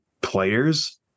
players